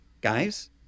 guys